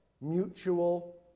mutual